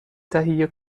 تهیه